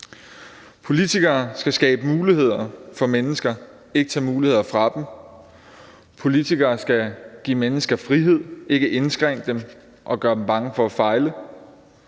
Politikere skal skabe muligheder for mennesker, ikke tage muligheder fra dem, politikere skal give mennesker frihed, ikke indskrænke dem og gøre dem bange for at fejle.